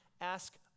ask